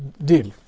deal.